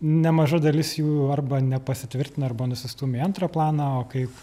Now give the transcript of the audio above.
nemaža dalis jų arba nepasitvirtino arba nusistūmė į antrą planą o kaip